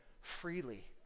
freely